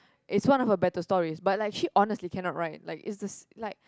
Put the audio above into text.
it's one of her better stories but like she honestly cannot write like it's this like